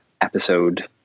episode